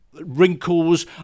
wrinkles